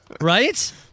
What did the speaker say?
Right